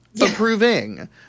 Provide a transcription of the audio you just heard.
approving